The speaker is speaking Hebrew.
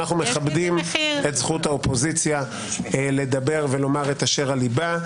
אנו מכבדים את זכות האופוזיציה לדבר ולומר את שעל ליבה.